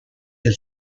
del